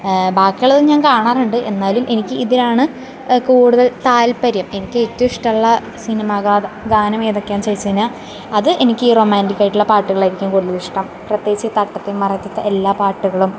ബാക്കിയുള്ളതും ഞാന് കാണാറുണ്ട് എന്നാലും എനിക്കി ഇതിലാണ് കൂടുതല് താല്പര്യം എനിക്കേറ്റോം ഇഷ്ട്ടമുള്ള സിനിമാഗാനം ഗാനമേതൊക്കെയാന്ന് ചോദിച്ചു കഴിഞ്ഞാൽ അത് എനിക്ക് റൊമാന്റിക്കായിട്ടുള്ള പാട്ടുകളായിരിക്കും കൂടുതലിഷ്ടം പ്രത്യേകിച്ച് തട്ടത്തിന് മറയത്തത്തെ എല്ലാ പാട്ടുകളും